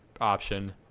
option